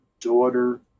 daughter